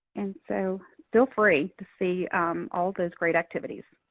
and so feel free to see all those great activities.